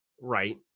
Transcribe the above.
Right